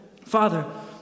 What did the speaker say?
Father